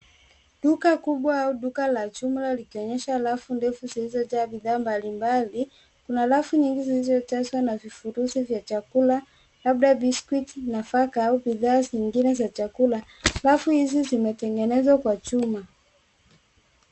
Duka kubwa au duka la jumla likionyesha rafu ndefu zilizojaa bidhaa mbalimbali. Kuna rafu nyingi zilizojazwa na vifurushi vya chakula labda biscuit , nafaka au bidhaa zingine za chakula. Rafu hizi zimetengenezwa kwa chuma.